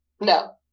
No